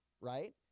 right